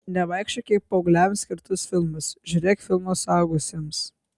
nevaikščiok į paaugliams skirtus filmus žiūrėk filmus suaugusiems